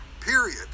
period